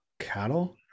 Cattle